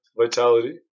vitality